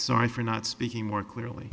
sorry for not speaking more clearly